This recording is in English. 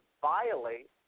violate